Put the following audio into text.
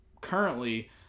Currently